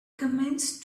commenced